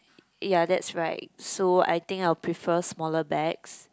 ya that's right so I think I will prefer smaller bags